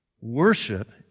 Worship